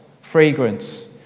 fragrance